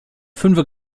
fünfe